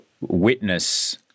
witness